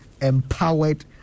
empowered